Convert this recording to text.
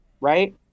right